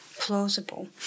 Plausible